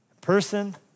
Person